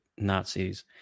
Nazis